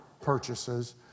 purchases